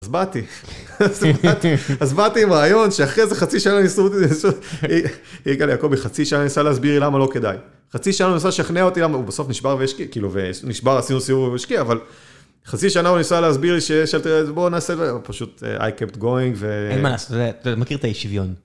אז באתי, אז באתי עם רעיון שאחרי זה חצי שנה ניסו אותי, יעקב חצי שנה ניסה להסביר לי למה לא כדאי, חצי שנה ניסה להשכנע אותי למה, הוא בסוף נשבר והשקיע, כאילו נשבר, עשינו סיור והשקיע, אבל, חצי שנה הוא ניסה להסביר לי, שבוא נעשה, פשוט, I kept going. אין מה לעשות, אתה מכיר את אי שיויון.